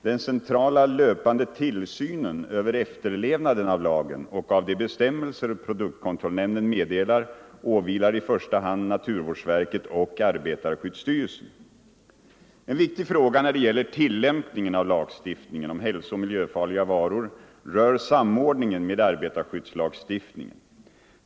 Den centrala löpande tillsynen över efterlevnaden av lagen och av de bestämmelser produktkontrollnämnden meddelar åvilar i första hand naturvårdsverket och arbetarskyddsstyrelsen. En viktig fråga när det gäller tillämpningen av lagstiftningen om hälsooch miljöfarliga varor rör samordningen med arbetarskyddsslagstiftningen.